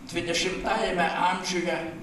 dvidešimtajame amžiuje